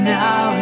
now